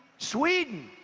sweden,